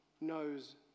knows